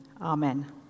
Amen